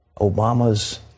Obama's